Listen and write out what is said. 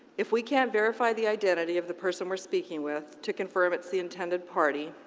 if we can't verify the identity of the person we're speaking with, to confirm it's the intended party,